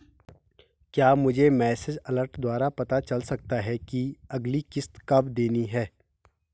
क्या मुझे message alert द्वारा पता चल सकता कि अगली किश्त कब देनी है?